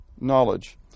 knowledge